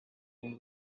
been